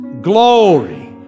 glory